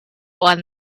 one